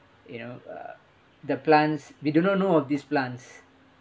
you know uh the plants we do not know of these plants